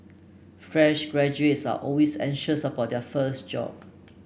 fresh graduates are always anxious about their first job